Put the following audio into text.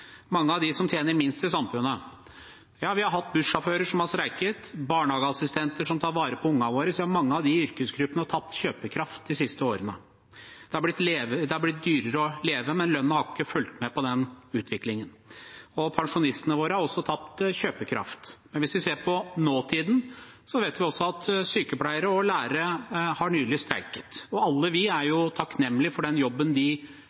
mange av dem som tjener minst i samfunnet. Vi har hatt bussjåfører som har streiket, barnehageassistenter som tar vare på ungene våre – mange av de yrkesgruppene har tapt kjøpekraft de siste årene. Det er blitt dyrere å leve, men lønnen har ikke fulgt med på den utviklingen. Pensjonistene våre har også tapt kjøpekraft. Hvis vi ser på nåtiden, vet vi også at sykepleiere og lærere nylig har streiket. Vi er alle takknemlig for den jobben de